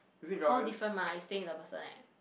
hall different mah you staying with the person leh